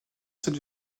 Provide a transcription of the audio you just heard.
cette